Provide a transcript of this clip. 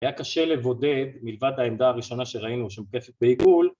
‫היה קשה לבודד, מלבד העמדה ‫הראשונה שראינו, שמוקפת בעיגול,